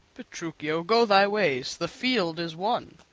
petruchio, go thy ways the field is won.